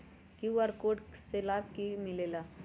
QR code से कि कि लाव मिलेला?